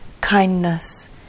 kindness